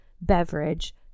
beverage